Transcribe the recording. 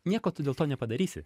nieko tu dėl to nepadarysi